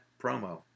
promo